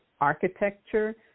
architecture